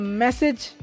message